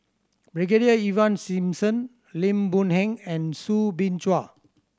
Brigadier Ivan Simson Lim Boon Heng and Soo Bin Chua